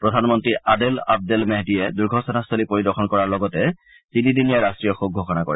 প্ৰধানমন্ত্ৰী Adel Abdel মেহদীয়ে দুৰ্ঘটনাস্থলী পৰিদৰ্শন কৰাৰ পাছত তিনিদিনীয়া ৰাষ্ট্ৰীয় শোক ঘোষণা কৰে